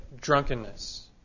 drunkenness